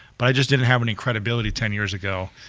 but i just didn't have any credibility ten years ago,